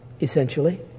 essentially